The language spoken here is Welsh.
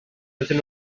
iddyn